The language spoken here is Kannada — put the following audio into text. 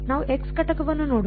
ನಾವು x̂ ಘಟಕವನ್ನು ನೋಡೋಣ